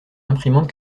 imprimante